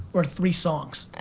or three songs?